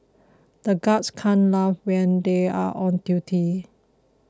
the guards can't laugh when they are on duty